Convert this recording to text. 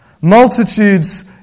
Multitudes